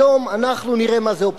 היום אנחנו נראה סוף-סוף מה זה אופוזיציה.